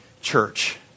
church